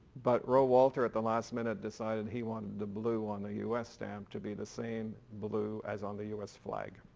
but rohe walter, at the last minute, decided he wanted the blue on a us stamp to be the same blue as on the us flag.